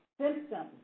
symptoms